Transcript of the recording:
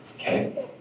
okay